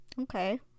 Okay